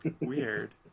Weird